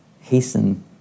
hasten